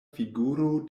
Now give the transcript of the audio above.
figuro